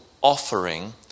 offering